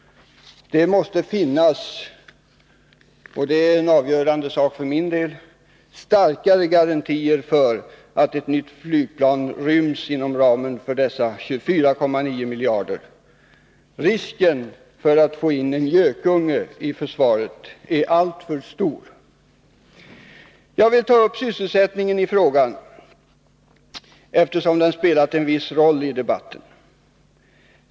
Det måste finnas, och det är avgörande för min del, starkare garantier för att ett nytt flygplan ryms inom ramen 24,9 miljarder. Risken för att få in en gökunge i försvaret är alltför stor. Jag vill ta upp sysselsättningsfrågan i sammanhanget, eftersom den spelat en viss roll i debatten.